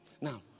Now